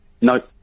No